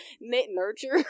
nurture